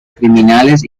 criminales